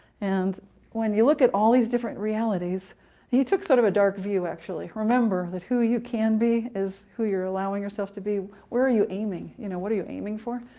and when you look at all these different realities he took sort of a dark view, actually, remember that who you can be is who you're allowing yourself to be. where are you aiming? you know what are you aiming for?